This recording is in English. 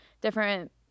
different